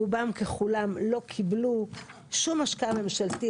רובם ככולם לא קיבלו שום השקעה ממשלתית,